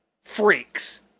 freaks